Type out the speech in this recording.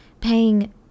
paying